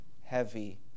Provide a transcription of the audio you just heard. heavy